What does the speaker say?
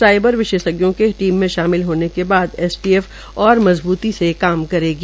cyber विशेषज्ञों को team के में शामिल होने के बाद एसटीएफ और मजबूती से काम करेगी